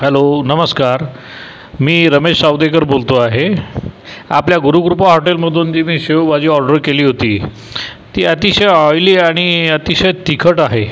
hello नमस्कार मी रमेश सावदेकर बोलतो आहे आपल्या गुरुकृपा हॉटेलमधून ती मी शेवभाजी ऑर्डर केली होती ती अतिशय ऑईली आणि अतिशय तिखट आहे